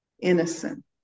innocent